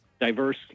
diverse